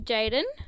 Jaden